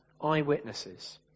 eyewitnesses